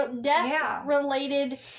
death-related